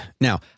now